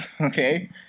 okay